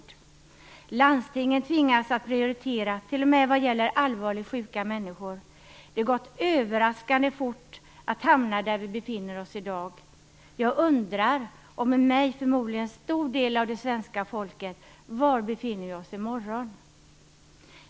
Landstingen tvingas att prioritera t.o.m. vad gäller allvarligt sjuka människor. Det har gått överraskande fort att hamna där vi befinner oss i dag. Jag, och förmodligen en stor del av svenska folket, undrar: Var befinner vi oss i morgon?